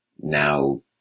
now